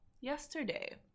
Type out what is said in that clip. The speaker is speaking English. yesterday